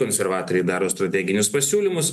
konservatoriai daro strateginius pasiūlymus